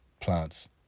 plants